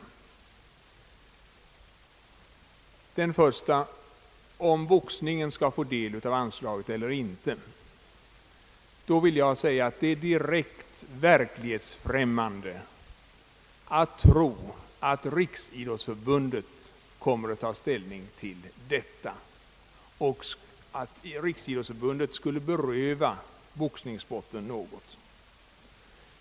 Beträffande den första, som gäller frågan om boxningssporten skall få del av anslaget eller inte, vill jag säga att det är direkt verklighetsfrämmande att tro att Riksidrottsförbundet kommer att ta ställning till den frågan och beröva boxningssporten någonting.